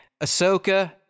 Ahsoka